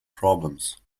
problems